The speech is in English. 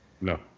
No